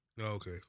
Okay